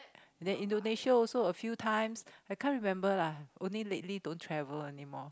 then Indonesia also a few times I can't remember lah only lately don't travel anymore